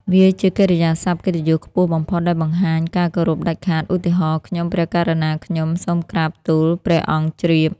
វាជាកិរិយាសព្ទកិត្តិយសខ្ពស់បំផុតដែលបង្ហាញការគោរពដាច់ខាត ឧទាហរណ៍ ខ្ញុំព្រះករុណាខ្ញុំ សូមក្រាបទូល ព្រះអង្គជ្រាប។